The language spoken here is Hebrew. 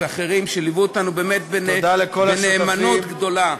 ואחרים, שליוו אותנו בנאמנות גדולה.